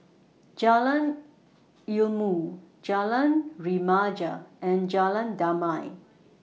Jalan Ilmu Jalan Remaja and Jalan Damai